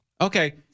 Okay